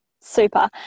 super